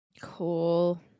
cool